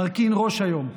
מרכין ראש היום.